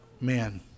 man